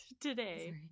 today